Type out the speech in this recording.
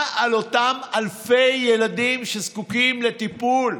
מה על אותם אלפי ילדים שזקוקים לטיפול,